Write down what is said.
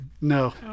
No